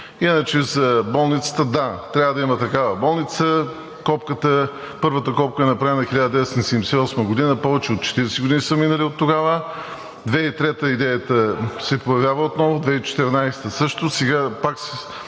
Иначе за болницата – да, трябва да има такава болница. Първата копка е направена в 1978 г., повече от 40 години са минали оттогава, през 2003 г. идеята се появява отново, 2014 г. също,